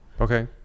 Okay